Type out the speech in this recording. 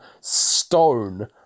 stone